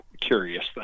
curious